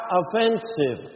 offensive